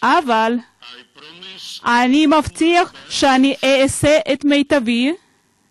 אבל אני מבטיח שאני אעשה את המיטב על